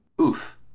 Oof